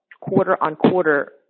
quarter-on-quarter